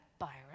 Byron